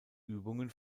übungen